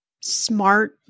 smart